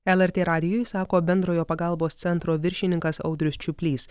lrt radijui sako bendrojo pagalbos centro viršininkas audrius čiuplys